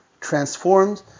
transformed